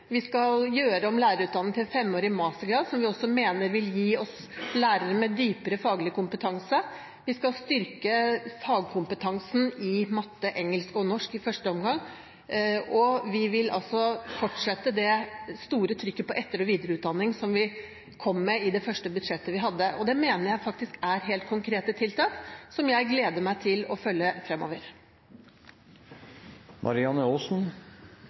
Vi skal gjøre om lærerutdanningen til en femårig mastergrad, som vi mener vil gi oss lærere med dypere faglig kompetanse. Vi skal i første omgang styrke kompetansen i fagene matematikk, engelsk og norsk. Vi vil fortsette det store trykket på etter- og videreutdanning som vi kom med i det første budsjettet vi hadde. Dette mener jeg er helt konkrete tiltak, som jeg gleder meg til å følge